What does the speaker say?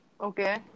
okay